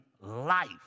life